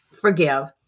forgive